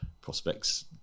prospects